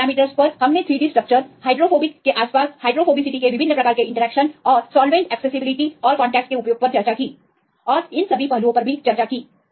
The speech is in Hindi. विभिन्न पैरामीटरस पर हमने 3D स्ट्रक्चरसहाइड्रोफोबिक के आसपास हाइड्रोफोबिसिटी के विभिन्न प्रकार के इंटरैक्शन और सॉल्वेंट एक्सेसिबिलिटी और संपर्कों के उपयोग पर चर्चा की और इन सभी पहलुओं पर चर्चा की